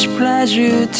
pleasure